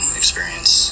experience